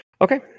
Okay